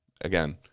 again